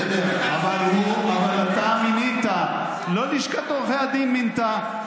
בסדר, אבל אתה מינית, לא לשכת עורכי הדין מינתה.